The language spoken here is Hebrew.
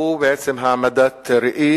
בעצם הדוח הזה הוא העמדת ראי